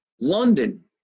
London